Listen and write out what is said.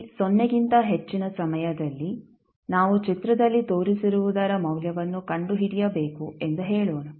t ಸೊನ್ನೆಗಿಂತ ಹೆಚ್ಚಿನ ಸಮಯದಲ್ಲಿ ನಾವು ಚಿತ್ರದಲ್ಲಿ ತೋರಿಸಿರುವುದರ ಮೌಲ್ಯವನ್ನು ಕಂಡುಹಿಡಿಯಬೇಕು ಎಂದು ಹೇಳೋಣ